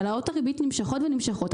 העלאות הריבית נמשכות ונמשכות.